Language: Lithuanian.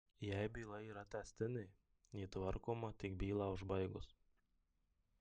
jei byla yra tęstinė ji tvarkoma tik bylą užbaigus